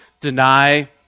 deny